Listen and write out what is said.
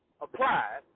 applied